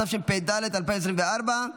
התשפ"ד 2024,